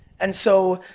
and, so,